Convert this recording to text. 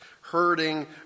hurting